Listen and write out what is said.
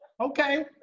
Okay